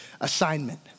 assignment